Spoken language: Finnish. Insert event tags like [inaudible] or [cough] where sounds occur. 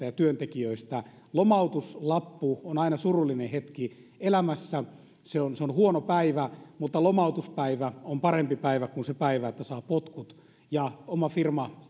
[unintelligible] ja työntekijöistä lomautuslappu on aina surullinen hetki elämässä se on se on huono päivä mutta lomautuspäivä on parempi päivä kuin se päivä että saa potkut ja oma firma